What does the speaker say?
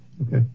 Okay